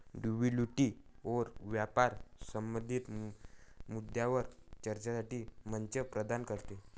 WTO व्यापार संबंधित मुद्द्यांवर चर्चेसाठी मंच प्रदान करते